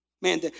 Man